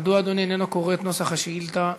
מדוע אדוני איננו קורא את נוסח השאילתה שהוגשה?